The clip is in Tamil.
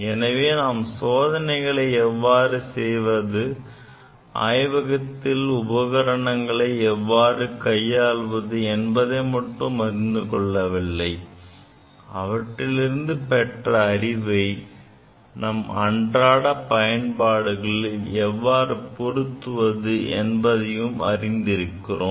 எனவே நாம் சோதனைகளை எவ்வாறு செய்வது ஆய்வகத்தில் உபகரணங்களை எவ்வாறு கையாள்வது என்பதை மட்டும் அறிந்து கொள்ளவில்லை அவற்றில் இருந்த பெற்ற அறிவை நம் அன்றாட பயன்பாடுகளில் எவ்வாறு பொருத்துவது என்பதையும் அறிந்திருக்கிறோம்